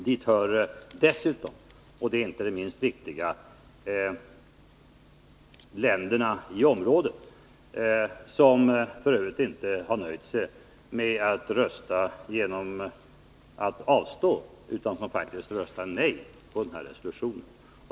Dit hör dessutom — och det är inte minst viktigt — länderna i området, som f. ö. inte har nöjt sig med att rösta genom att avstå utan som faktiskt har röstat nej till denna resolution.